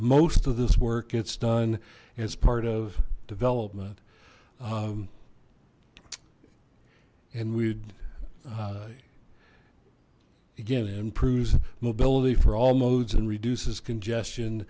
most of this work gets done as part of development and we again and improves mobility for all modes and reduces congestion